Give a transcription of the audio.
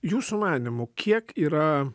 jūsų manymu kiek yra